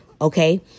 Okay